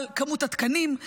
על מספר התקנים,